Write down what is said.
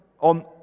on